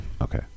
Okay